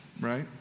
right